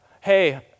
hey